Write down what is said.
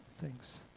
Thanks